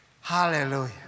Hallelujah